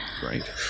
Great